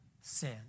sin